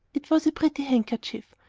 it was a pretty handkerchief,